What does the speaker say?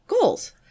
goals